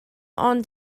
ond